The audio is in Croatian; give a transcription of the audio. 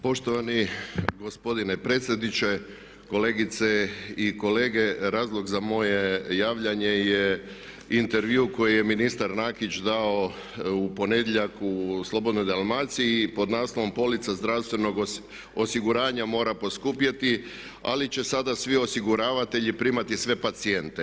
Poštovani gospodine predsjedniče, kolegice i kolege razlog za moje javljanje je intervju koji je ministar Nakić dao u ponedjeljak u Slobodnoj Dalmaciji pod naslovom „Polica zdravstvenog osiguranja mora poskupjeti ali će sada svi osiguravatelji primati sve pacijente.